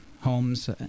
homes